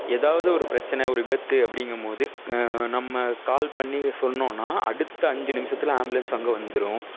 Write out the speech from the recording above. எதாவது ஒரு பிரச்சனை ஒரு விபத்துங்கும்போது நம்ப கால் பண்ணி சொன்னோம்ன்னா அடுத்த அஞ்சு நிமிஷத்தில் ஆம்புலன்ஸ் அங்கே வந்துரும்